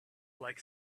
like